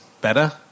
better